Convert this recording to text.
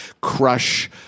crush